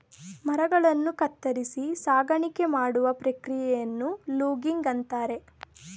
ಮರಗಳನ್ನು ಕತ್ತರಿಸಿ ಸಾಗಾಣಿಕೆ ಮಾಡುವ ಪ್ರಕ್ರಿಯೆಯನ್ನು ಲೂಗಿಂಗ್ ಅಂತರೆ